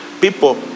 People